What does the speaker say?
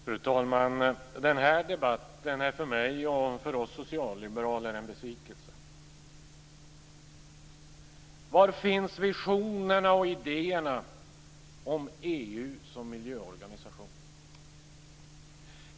Fru talman! Den här debatten är en besvikelse för mig och för oss socialliberaler. Var finns visionerna och idéerna om EU som miljöorganisation?